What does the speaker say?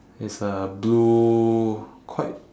is uh blue quite